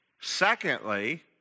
Secondly